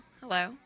Hello